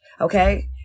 Okay